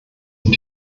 und